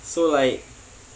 so like